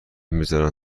میذارن